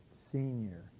senior